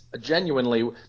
genuinely